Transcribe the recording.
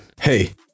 Hey